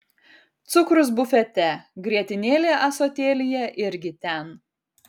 cukrus bufete grietinėlė ąsotėlyje irgi ten